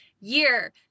year